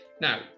Now